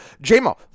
J-Mo